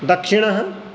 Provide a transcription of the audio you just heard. दक्षिणः